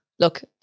Look